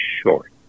short